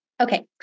Okay